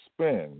spend